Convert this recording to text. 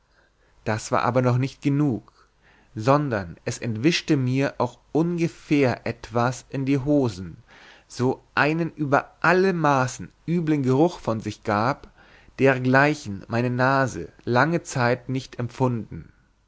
das war aber noch nicht genug sondern es entwischte mir auch ungefähr etwas in die hosen so einen über alle maßen üblen geruch von sich gab dergleichen meine nase lange zeit nicht empfunden